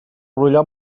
brollar